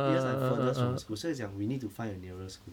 because I furthest from the school 所以讲 we need to find a nearer school